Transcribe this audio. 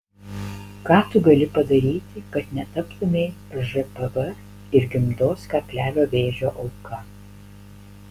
ką tu gali padaryti kad netaptumei žpv ir gimdos kaklelio vėžio auka